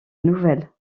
nouvelles